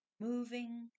moving